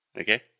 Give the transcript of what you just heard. Okay